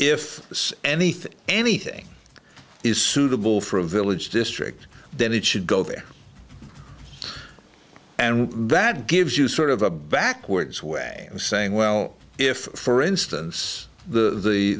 if anything anything is suitable for a village district then it should go there and that gives you sort of a backwards way of saying well if for instance the